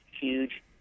huge